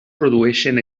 produeixen